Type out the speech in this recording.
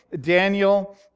Daniel